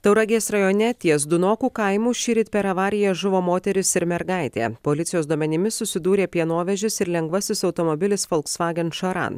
tauragės rajone ties dunokų kaimu šįryt per avariją žuvo moteris ir mergaitė policijos duomenimis susidūrė pienovežis ir lengvasis automobilis volsvagen šaran